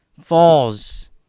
falls